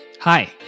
Hi